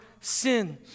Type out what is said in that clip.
sin